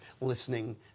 listening